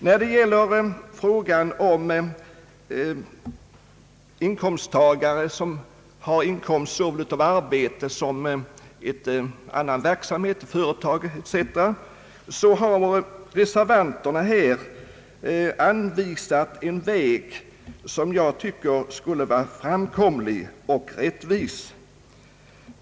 När det gäller frågan om inkomsttagare som har inkomst av såväl anställning som annat förvärvsarbete, t.ex. av rörelse, har reservanterna här anvisat en väg som jag tycker skulle vara framkomlig och rättvis.